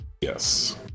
Yes